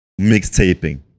mixtaping